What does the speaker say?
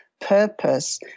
purpose